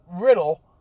Riddle